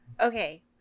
Okay